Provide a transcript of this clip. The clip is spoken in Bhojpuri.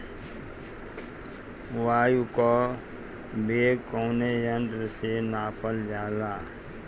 वायु क वेग कवने यंत्र से नापल जाला?